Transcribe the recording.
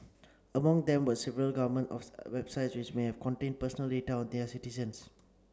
among them were several government websites which may have contained personal data of their citizens